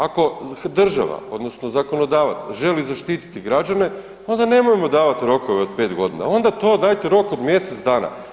Ako država, odnosno zakonodavac želi zaštititi građane, onda nemojmo davati rokove od pet godina, onda to dajte rok od mjesec dana.